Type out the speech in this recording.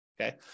okay